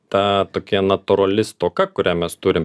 ta tokia natūrali stoka kurią mes turim